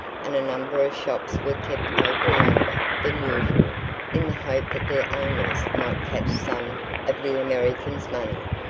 and a number of shops were kept open longer than usual in the hope that their owners might catch some of the american's money.